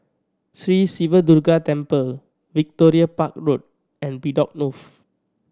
Sri Siva Durga Temple Victoria Park Road and Bedok North